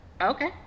okay